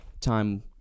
Time